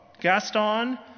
Gaston